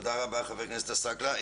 תודה רבה, חבר הכנסת עסאקלה.